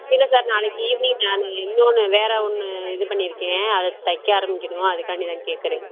இல்லை சார் நாளைக்கு ஈவ்னிங் நான் இன்னொன்னு வேறு ஒன்று இது பண்ணியிருக்கேன் அது தைக்க ஆரம்பிக்கணும் அதுக்காண்டி தான் கேக்கிறேன்